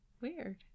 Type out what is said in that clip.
Weird